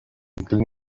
clean